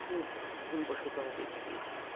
খুব ভুলবশত আমি বেঁচে গিয়েছিলাম